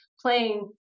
playing